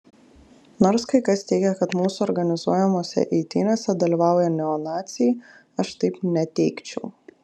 nors kai kas teigia kad mūsų organizuojamose eitynėse dalyvauja neonaciai aš taip neteigčiau